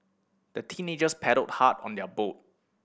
the teenagers paddled hard on their boat